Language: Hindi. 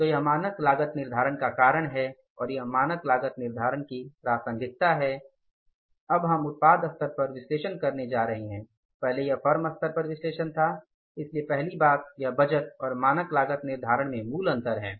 तो यह मानक लागत निर्धारण का कारण है और यह मानक लागत निर्धारण की प्रासंगिकता है अब हम उत्पाद स्तर पर विश्लेषण करने जा रहे हैं पहले यह फर्म स्तर पर विश्लेषण था इसलिए पहली बात यह बजट और मानक लागत निर्धारण में मूल अंतर है